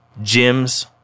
gyms